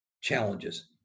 challenges